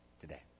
today